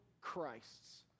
Christs